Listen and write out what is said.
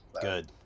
Good